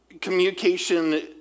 communication